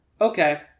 Okay